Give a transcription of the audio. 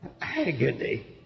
agony